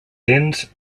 tens